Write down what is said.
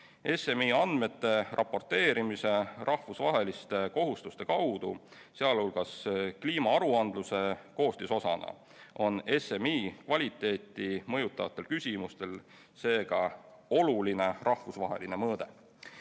SMI andmete raporteerimise rahvusvaheliste kohustuse kaudu, sh kliimaaruandluse koostisosana, on SMI kvaliteeti mõjutavatel küsimustel seega oluline rahvusvaheline mõõde.